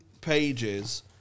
pages